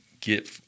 get